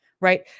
right